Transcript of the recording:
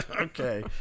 okay